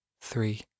three